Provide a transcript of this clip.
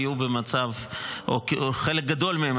או חלק גדול מהם,